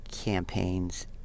campaigns